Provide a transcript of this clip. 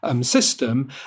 system